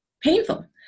painful